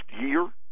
year